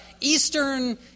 Eastern